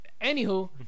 anywho